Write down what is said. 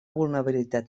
vulnerabilitat